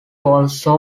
also